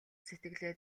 сэтгэлээ